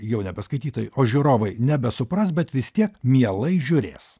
jau nebe skaitytojai o žiūrovai nebesupras bet vis tiek mielai žiūrės